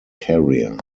carrier